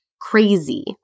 crazy